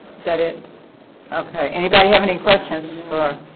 said it okay anybody have any questions for